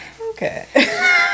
Okay